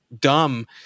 dumb